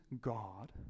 God